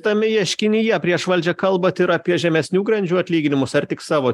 tame ieškinyje prieš valdžią kalbat ir apie žemesnių grandžių atlyginimus ar tik savo